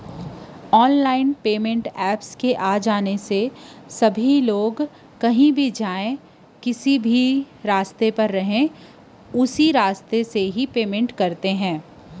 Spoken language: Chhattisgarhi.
ऑनलाईन पेमेंट ऐप्स के आए ले मनखे मन कोनो भी जिनिस बिसाथे त उहींच म पेमेंट करत हे